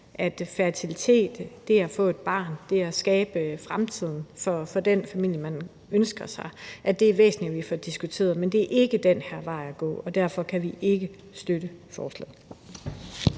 fertilitet, det at få et barn, det at skabe fremtiden for den familie, man ønsker sig? Det er væsentligt, at vi får diskuteret det, men det her er ikke vejen at gå, og derfor kan Socialdemokratiet ikke støtte forslaget.